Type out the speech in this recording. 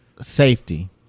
Safety